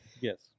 Yes